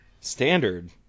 standard